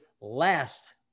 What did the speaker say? last